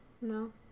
No